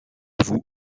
avoue